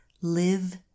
Live